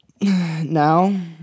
Now